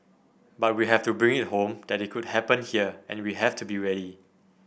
but we have to bring it home that it could happen here and we have to be ready